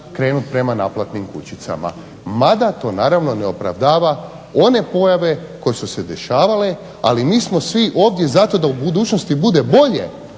krenuti prema naplatnim kućicama. Mada to naravno ne opravdava one pojave koje su se dešavale. Ali mi smo svi ovdje zato da u budućnosti bolje